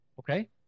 okay